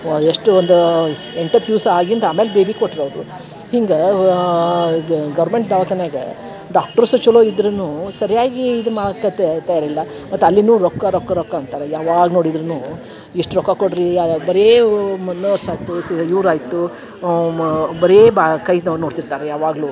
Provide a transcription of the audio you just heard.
ವ ಎಷ್ಟು ಒಂದೋ ಎಂಟತ್ತು ದಿವಸ ಆಗಿಂದ ಆಮೇಲೆ ಬೇಬಿ ಕೊಟ್ರ ಅವರು ಹಿಂಗ ಗೌರ್ಮೆಂಟ್ ದವಖಾನ್ಯಾಗ ಡಾಕ್ಟರ್ಸು ಚಲೋ ಇದ್ದರೂನು ಸರಿಯಾಗಿ ಇದು ತಯಾರಿಲ್ಲ ಮತ್ತೆ ಅಲ್ಲಿನು ರೊಕ್ಕ ರೊಕ್ಕ ರೊಕ್ಕ ಅಂತಾರ ಯಾವಾಗ ನೋಡಿದ್ದರೂನು ಇಷ್ಟು ರೊಕ್ಕ ಕೊಡ್ರಿ ಯಯ ಬರೀ ಇವ್ರ ಆಯಿತು ಮ ಬರೀ ಬಾ ಕೈದು ನೋಡೇ ನೋಡ್ತಿರ್ತಾರೆ ಯಾವಾಗಲೂ